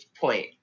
point